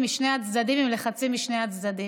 משני הצדדים עם לחצים משני הצדדים.